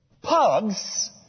Pugs